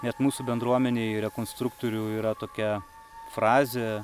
net mūsų bendruomenėj rekonstruktorių yra tokia frazė